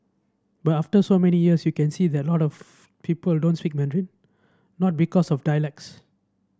but after so many years you can see that a lot of people don't speak Mandarin not because of dialects